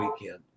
weekend